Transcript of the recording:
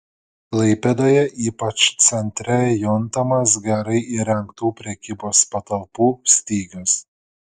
klaipėdoje ypač centre juntamas gerai įrengtų prekybos patalpų stygius